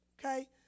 Okay